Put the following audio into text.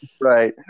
Right